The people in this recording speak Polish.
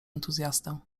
entuzjastę